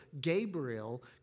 Gabriel